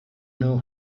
know